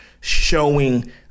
showing